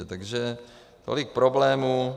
Takže tolik problémů.